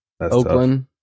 Oakland